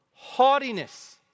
Haughtiness